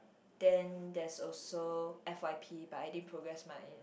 then there's also F_Y_P but I didn't progress my uh